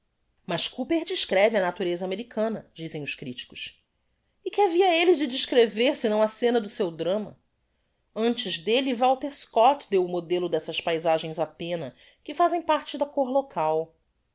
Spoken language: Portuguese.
mas cooper descreve a natureza americana dizem os criticos e que havia elle de descrever senão a scena do seu drama antes delle walter scott deu o modelo dessas paisagens á penna que fazem parte da cor local